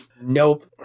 Nope